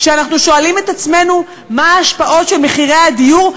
כשאנחנו שואלים את עצמנו מה ההשפעות של מחירי הדיור,